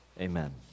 amen